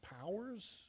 powers